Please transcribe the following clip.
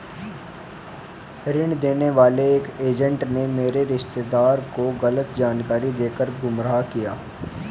ऋण देने वाले एक एजेंट ने मेरे रिश्तेदार को गलत जानकारी देकर गुमराह किया